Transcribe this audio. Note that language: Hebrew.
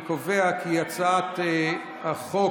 אני קובע כי הצעת חוק